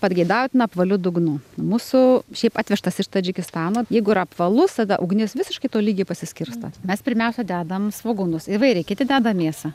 pageidautina apvaliu dugnu mūsų šiaip atvežtas iš tadžikistano jeigu yra apvalus tada ugnis visiškai tolygiai pasiskirsto mes pirmiausia dedam svogūnus įvairiai kiti deda mėsą